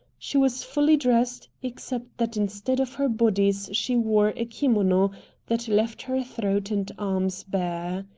she was fully dressed, except that instead of her bodice she wore a kimono that left her throat and arms bare.